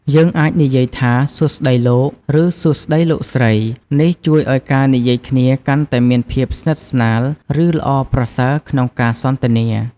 យើងអាចនិយាយថា "សួស្ដី លោក" ឬ "សួស្ដី លោកស្រី" នេះជួយឱ្យការនិយាយគ្នាកាន់តែមានភាពស្និទ្ធស្នាល ឬ ល្អប្រសើរក្នុងការសន្ទនា។